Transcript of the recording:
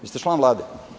Vi ste član Vlade.